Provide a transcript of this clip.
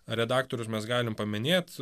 redaktorius mes galime paminėt